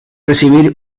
recibir